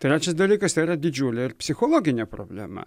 trečias dalykas yra didžiulė ir psichologinė problema